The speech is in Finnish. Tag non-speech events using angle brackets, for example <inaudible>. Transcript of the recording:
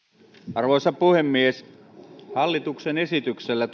arvoisa puhemies hallituksen esityksellä <unintelligible>